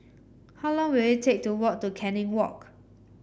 how long will it take to walk to Canning Walk